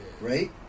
right